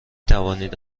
توانید